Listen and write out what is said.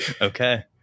Okay